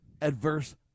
adverse